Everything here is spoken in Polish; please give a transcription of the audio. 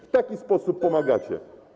W taki sposób pomagacie.